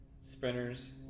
sprinters